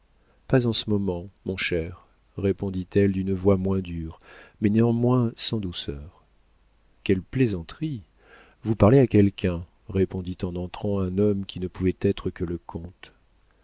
pas en ce moment mon cher répondit-elle d'une voix moins dure mais néanmoins sans douceur quelle plaisanterie vous parlez à quelqu'un répondit en entrant un homme qui ne pouvait être que le comte